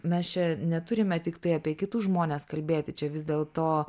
mes čia neturime tiktai apie kitus žmones kalbėti čia vis dėlto